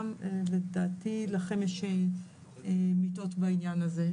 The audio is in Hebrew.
גם לדעתי לכם יש מיטות בעניין הזה,